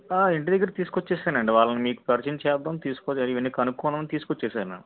ఆ ఇంటి దగ్గర తీసుకొచ్చేశానండి వాళ్ళని మీకు పరిచయం చేద్దాం ఇవన్నీకనుక్కొని తీసుకొచ్చేశాను